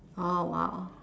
oh !wow!